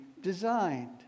designed